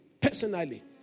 personally